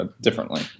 differently